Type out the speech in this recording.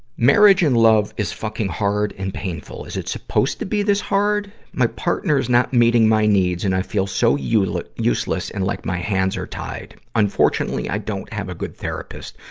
marriage and love is fucking hard and painful. is it supposed to be this hard? my partner's not meeting my needs, and i feel so like useless and like my hands are tied. unfortunately, i don't have a good therapist.